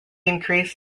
increased